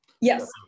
Yes